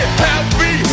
happy